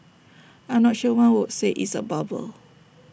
I'm not sure one would say it's A bubble